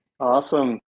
Awesome